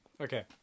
Okay